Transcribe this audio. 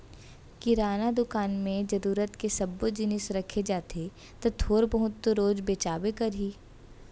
किराना दुकान म जरूरत के सब्बो जिनिस रखे जाथे त थोर बहुत तो रोज बेचाबे करही